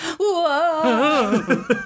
whoa